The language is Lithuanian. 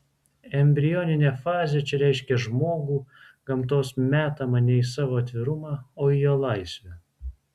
embrioninė fazė čia reiškia žmogų gamtos metamą ne į savo atvirumą o į jo laisvę